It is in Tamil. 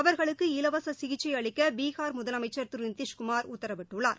அவர்களுக்கு இலவசசிகிச்சைஅளிக்கபீகார் முதலமைச்சர் திருநிதிஷ்குமார் உத்தரவிட்டுள்ளார்